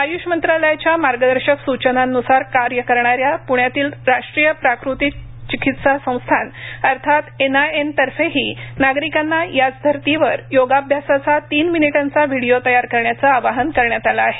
आय्ष मंत्रालयाच्या मार्गदर्शक सूचनांन्सार कार्य करणाऱ्या प्ण्यातील राष्ट्रीय प्राकृतिक चिकित्सा संस्थान अर्थात एनआयएनतर्फेही नागरिकांना याच धर्तीवर योगाभ्यासाचा तीन मिनिटांचा व्हिडिओ तयार करण्याचं आवाहन करण्यात आलं आहे